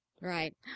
Right